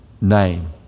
name